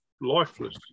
lifeless